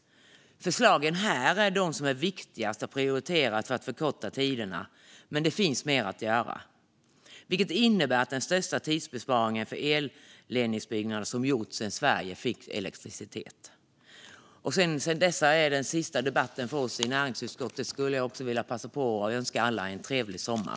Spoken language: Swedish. Förslagen här är de som är viktigast att prioritera för att förkorta tiderna, men det finns mer att göra. Detta innebär att det är den största tidsbesparing i elledningsbyggande som gjorts sedan Sverige fick elektricitet. Eftersom detta är den sista debatten för oss i näringsutskottet skulle jag vilja passa på att önska alla en trevlig sommar.